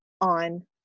on